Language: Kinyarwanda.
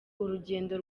urugendo